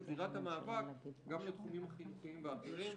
זירת המאבק גם לתחומים החינוכיים והאחרים.